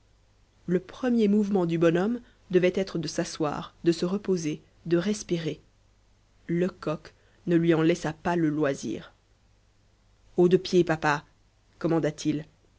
le premier mouvement du bonhomme devait être de s'asseoir de se reposer de respirer lecoq ne lui en laissa pas le loisir haut de pied papa